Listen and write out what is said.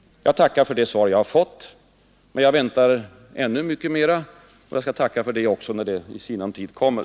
Jag tackar för det svar jag har fått. Men jag väntar ännu mycket mera, och jag skall tacka för det också när det i sinom tid kommer.